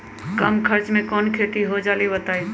कम खर्च म कौन खेती हो जलई बताई?